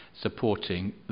supporting